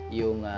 yung